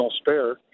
spare